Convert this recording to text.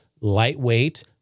lightweight